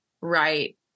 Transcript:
right